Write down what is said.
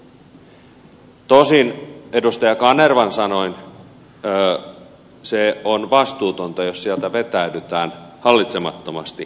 tosin edustaja kanervan sanoin se on vastuutonta jos sieltä vetäydytään hallitsemattomasti